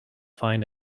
find